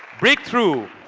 breakthrough.